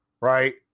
Right